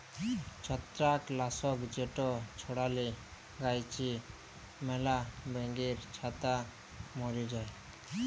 ছত্রাক লাসক যেট ছড়াইলে গাহাচে ম্যালা ব্যাঙের ছাতা ম্যরে যায়